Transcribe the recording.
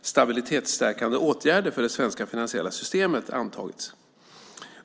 Stabilitetsstärkande åtgärder för det svenska finansiella systemet antagits.